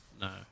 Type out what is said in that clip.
No